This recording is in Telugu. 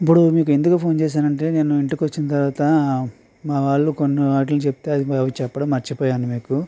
ఇప్పుడు మీకు ఎందుకు ఫోన్ చేశాను అంటే నేను ఇంటికి వచ్చిన తర్వాత మా వాళ్ళు కొన్ని వాటిల్ని చెప్తే అది అవి చెప్పడం మర్చిపోయాను మీకు